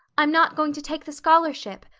i'm not going to take the scholarship.